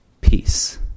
peace